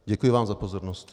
Děkuji vám za pozornost.